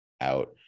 out